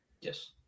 Yes